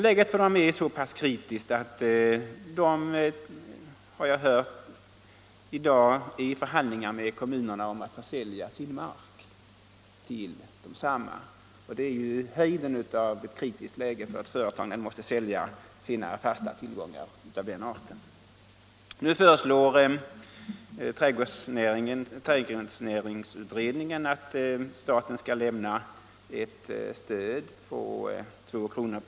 Jag har i dag hört att odlare ligger i förhandlingar med kommunerna om att försälja sin mark. Det är ju ett synnerligen kritiskt läge för ett företag när man måste sälja sina fasta tillgångar av den arten. Nu föreslår trädgårdsnäringsutredningen att staten skall lämna ett stöd på 2 kr.